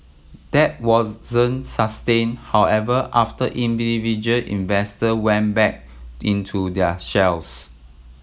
that wasn't sustained however after individual investor went back into their shells